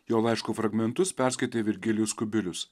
jo laiško fragmentus perskaitė virgilijus kubilius